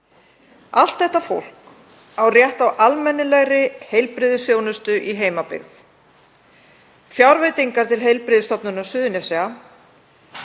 Allt þetta fólk á rétt á almennilegri heilbrigðisþjónustu í heimabyggð. Fjárveitingar til Heilbrigðisstofnunar Suðurnesja